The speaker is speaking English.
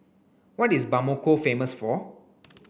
what is Bamako famous for